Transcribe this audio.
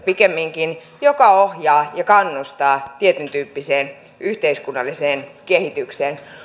pikemminkin sellaisesta uudistuksesta joka ohjaa ja kannustaa tietyntyyppiseen yhteiskunnalliseen kehitykseen